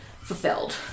fulfilled